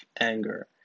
anger